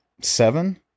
Seven